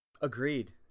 Agreed